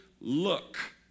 look